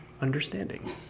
understanding